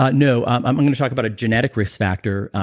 but no, um i'm going to talk about a genetic risk factor,